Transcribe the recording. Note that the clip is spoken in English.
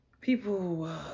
people